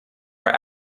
are